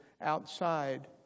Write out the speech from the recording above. outside